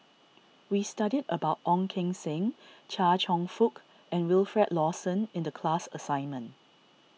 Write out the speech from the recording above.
we studied about Ong Keng Sen Chia Cheong Fook and Wilfed Lawson in the class assignment